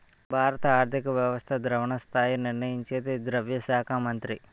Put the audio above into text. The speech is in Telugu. భారత ఆర్థిక వ్యవస్థ ద్రవణ స్థాయి నిర్ణయించేది ద్రవ్య శాఖ మంత్రి